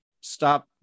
Stop